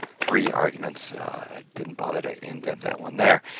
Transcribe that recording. three arguments. i didn't bother to indent that one there.